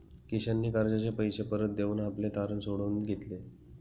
किशनने कर्जाचे पैसे परत देऊन आपले तारण सोडवून घेतले